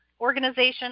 organization